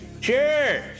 sure